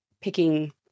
picking